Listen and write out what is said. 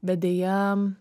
bet deja